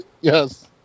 Yes